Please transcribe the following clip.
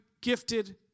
gifted